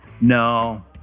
No